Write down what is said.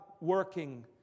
working